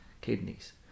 kidneys